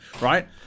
right